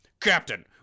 Captain